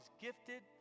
gifted